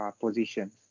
positions